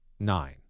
Nine